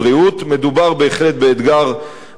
מדובר בהחלט באתגר מורכב.